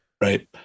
Right